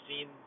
seen